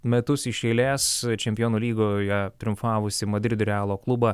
metus iš eilės čempionų lygoje triumfavusį madrido realo klubo